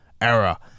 era